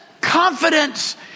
confidence